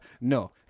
No